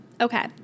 Okay